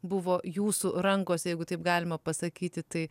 buvo jūsų rankose jeigu taip galima pasakyti tai